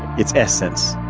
its essence.